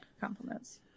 compliments